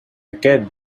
aquest